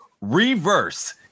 Reverse